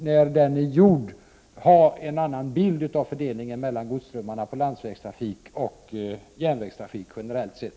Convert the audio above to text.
När den är gjord skall vi ha en annan bild av fördelningen mellan godsströmmarna på landsväg och järnvägstrafiken generellt sett.